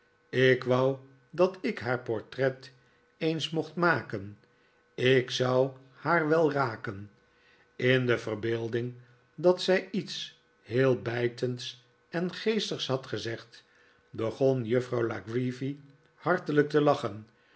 ik wou dat ik haar portret eens mocht maken ik zou haar wel raken in de verbeelding dat zij iets heel bijtends en geestigs had gezegd begon juffrouw la creevy hartelijk te lachen